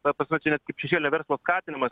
aš sakau čia net kaip šešėlio verslo skatinimas